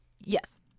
Yes